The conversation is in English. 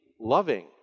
loving